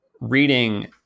reading